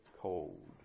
cold